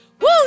Woo